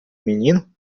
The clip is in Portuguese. menino